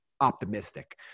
optimistic